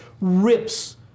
rips